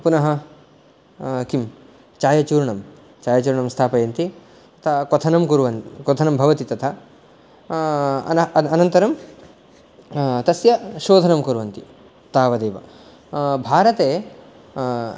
पुनः किं चायचूर्णं चायचूर्णं स्थापयन्ति तता क्वथनं क्वथनं भवति तथा अनन्तरं तस्य शोधनं कुर्वन्ति तावदेव भारते